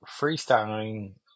freestyling